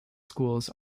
schools